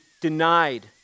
denied